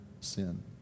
sin